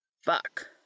Fuck